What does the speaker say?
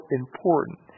important